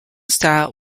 style